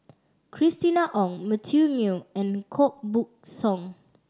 Christina Ong Matthew Ngui and Koh Buck Song